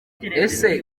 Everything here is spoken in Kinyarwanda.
ese